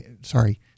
sorry